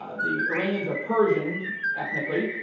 ah the iranians are persians ethnically,